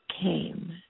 came